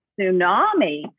tsunami